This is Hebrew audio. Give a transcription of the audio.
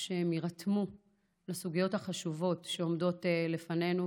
שהם יירתמו לסוגיות החשובות שעומדות לפנינו,